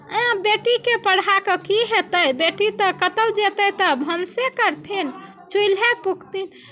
आँय बेटीके पढ़ा कऽ की हेतै बेटी तऽ कतहु जेतै तऽ भनसे करथिन चूल्हे फूकथिन